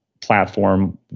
platform